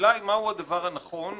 השאלה היא מהו הדבר הנכון,